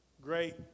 great